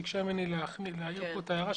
ביקשה ממני להעיר את ההערה,